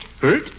Hurt